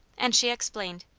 and she explained.